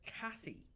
Cassie